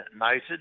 noted